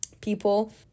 people